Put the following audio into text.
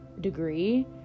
degree